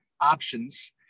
options